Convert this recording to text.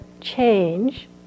change